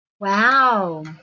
Wow